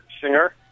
singer